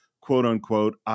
quote-unquote